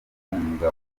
kubungabunga